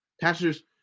Pastors